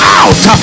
out